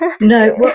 No